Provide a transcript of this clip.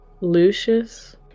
Lucius